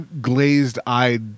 glazed-eyed